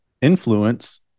influence